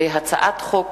הצעת חוק